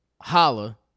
Holla